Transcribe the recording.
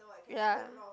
ya